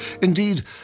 Indeed